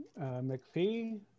McPhee